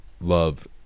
Love